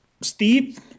steve